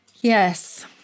Yes